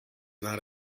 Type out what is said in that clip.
not